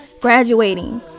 graduating